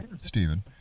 Stephen